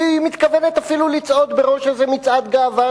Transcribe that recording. היא מתכוונת אפילו לצעוד בראש איזה מצעד גאווה,